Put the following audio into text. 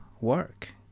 work